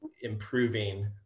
improving